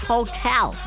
Hotel